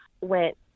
went